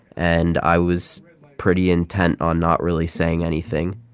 and i was pretty intent on not really saying anything.